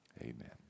Amen